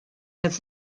his